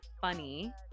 funny